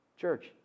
Church